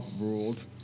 ruled